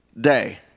day